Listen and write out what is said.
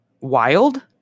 wild